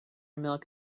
milk